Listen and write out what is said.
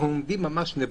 אנחנו עומדים ממש נבוכים.